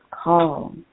call